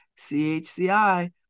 CHCI